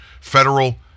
federal